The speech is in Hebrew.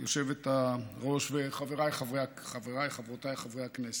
היושבת-ראש וחבריי וחברותיי חברי הכנסת,